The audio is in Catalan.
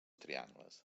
triangles